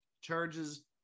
charges